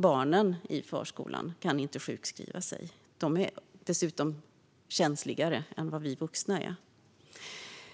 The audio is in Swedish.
Barnen i förskolan kan inte sjukskriva sig. De är dessutom känsligare än vad vi vuxna är.